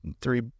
three